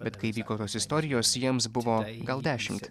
bet kai vyko tos istorijos jiems buvo gal dešimt